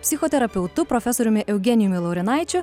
psichoterapeutu profesoriumi eugenijumi laurinaičiu